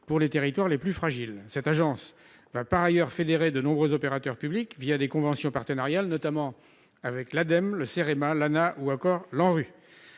pour les territoires les plus fragiles, cette agence va par ailleurs fédérer de nombreux opérateurs publics via des conventions partenariales, notamment avec l'ADEME, le CEREMA Lana ou encore l'ANRU,